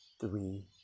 three